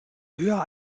höher